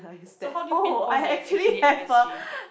so how do you pinpoint that it's actually M_S_G